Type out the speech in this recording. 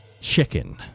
chicken